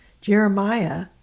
Jeremiah